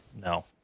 No